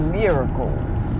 miracles